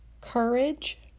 courage